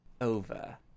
over